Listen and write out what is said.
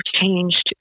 changed